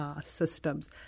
systems